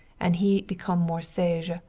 and he become more sage.